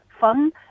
fun